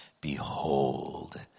Behold